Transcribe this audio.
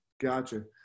Gotcha